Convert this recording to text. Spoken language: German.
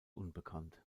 unbekannt